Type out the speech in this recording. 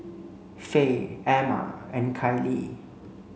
Faye Amma and Kylie